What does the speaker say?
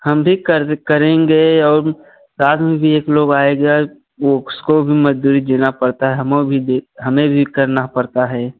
हम भी कर दे करेंगे और साथ में भी एक लोग आएगा वह उसको भी मजदूरी देना पड़ता है हमौ भी दे हमें भी करना पड़ता है